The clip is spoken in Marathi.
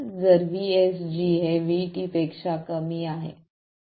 जर VSG हे Vt पेक्षा कमी आहे